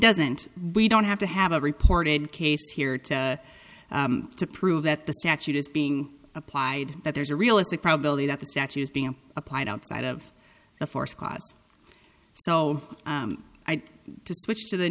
doesn't we don't have to have a reported case here to to prove that the statute is being applied that there's a realistic probability that the statutes being applied outside of the force cause so i switched to the